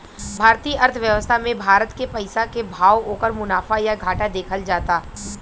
भारतीय अर्थव्यवस्था मे भारत के पइसा के भाव, ओकर मुनाफा या घाटा देखल जाता